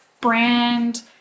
brand